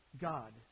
God